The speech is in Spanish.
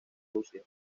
rusia